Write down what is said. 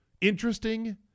interesting